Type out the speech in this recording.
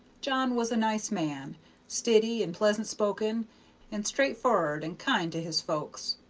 john was a nice man stiddy and pleasant-spoken and straightforrard and kind to his folks.